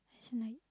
as in like